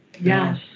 Yes